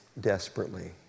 desperately